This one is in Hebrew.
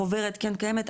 חוברת כן קיימת,